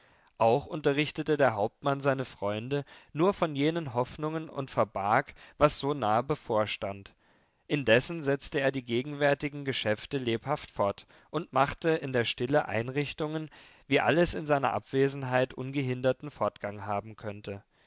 auch unterrichtete der hauptmann seine freunde nur von jenen hoffnungen und verbarg was so nahe bevorstand indessen setzte er die gegenwärtigen geschäfte lebhaft fort und machte in der stille einrichtungen wie alles in seiner abwesenheit ungehinderten fortgang haben könnte